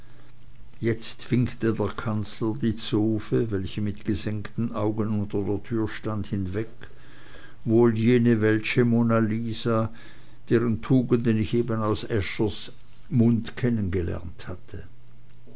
jetzt winkte der kanzler die zofe welche mit gesenkten augen unter der tür stand hinweg wohl jene welsche monna lisa deren tugenden ich eben aus äschers munde kennengelernt hatte